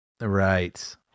Right